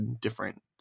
different